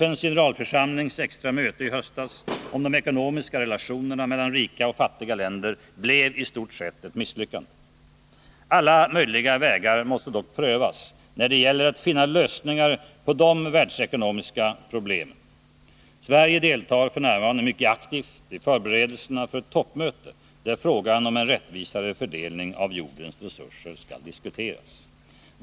FN:s generalförsamlings extra möte i höstas om de ekonomiska relationerna mellan rika och fattiga länder blev i stort sett ett misslyckande. Alla möjliga vägar måste dock prövas när det gäller att finna lösningar på de världsekonomiska problemen. Sverige deltar f.n. mycket aktivt i förberedelserna för ett toppmöte där frågan om en rättvisare fördelning av jordens resurser skall diskuteras.